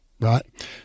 right